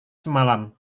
semalam